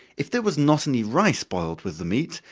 if there was not any rice boiled with the meat,